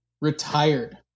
retired